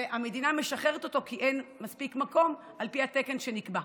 והמדינה משחררת אותו כי אין מספיק מקום על פי התקן שנקבע.